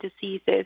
diseases